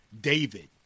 David